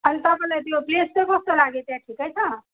अन्त तपाईँलाई त्यो प्लेस चाहिँ कस्तो लाग्यो त्यहाँ ठिकै छ